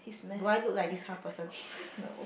do I look like this kind of person